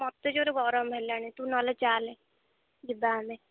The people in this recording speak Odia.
ମୋତେ ଜୋର୍ରେ ଗରମ ହେଲାଣି ତୁ ନହେଲେ ଚାଲେ ଯିବା ଆମେ